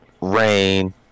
Rain